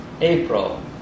April